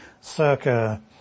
circa